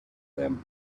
them